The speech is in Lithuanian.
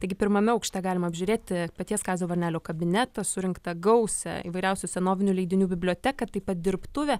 taigi pirmame aukšte galima apžiūrėti paties kazio varnelio kabinetą surinktą gausią įvairiausių senovinių leidinių biblioteką taip pat dirbtuvę